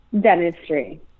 dentistry